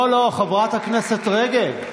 לא, לא, חברת הכנסת רגב.